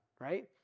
Right